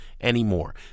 anymore